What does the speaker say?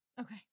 Okay